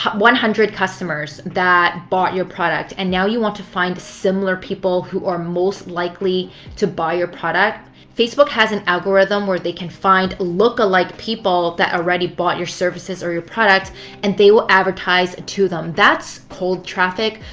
one hundred customers that bought your product, and now you want to find similar people who are most likely to buy your product. facebook has an algorithm where they can find look a like people that already bought your services or your product and they will advertise to them. that's cold traffic.